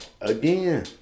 again